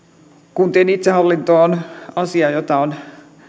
kuntien itsehallinto on asia jota on